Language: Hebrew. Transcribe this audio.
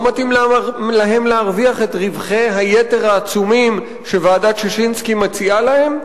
לא מתאים להם להרוויח את רווחי היתר העצומים שוועדת-ששינסקי מציעה להם?